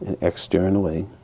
externally